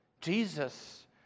Jesus